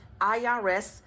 IRS